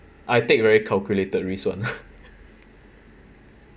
I take very calculated risk [one]